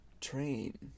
train